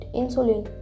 insulin